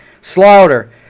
Slaughter